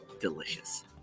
delicious